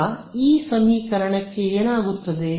ಈಗ ಈ ಸಮೀಕರಣಕ್ಕೆ ಏನಾಗುತ್ತದೆ